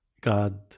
god